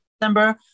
December